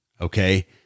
Okay